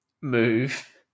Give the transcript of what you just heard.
move